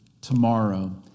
tomorrow